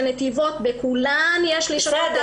לנתיבות בכולן יש לשכות תעסוקה פועלות.